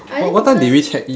oh what time did we check in